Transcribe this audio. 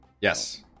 Yes